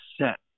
set